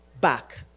back